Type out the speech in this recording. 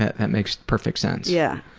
and makes perfect sense. yeah